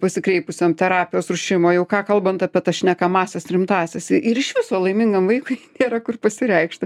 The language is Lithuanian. pasikreipusiom terapijos rūšim o jau ką kalbant apie tas šnekamąsias rimtąsias ir iš viso laimingam vaikui nėra kur pasireikšti